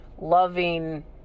loving